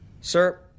Sir